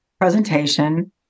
presentation